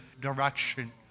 direction